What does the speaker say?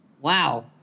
wow